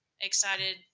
excited